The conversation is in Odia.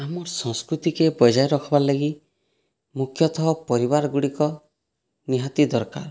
ଆମର୍ ସଂସ୍କୃତିକେ ବଜାୟ ରଖବାର୍ ଲାଗି ମୁଖ୍ୟତଃ ପରିବାର୍ଗୁଡ଼ିକ ନିହାତି ଦରକାର୍